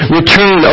return